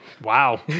wow